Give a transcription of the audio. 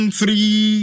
three